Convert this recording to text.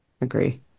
agree